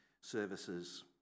services